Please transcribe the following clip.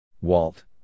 Walt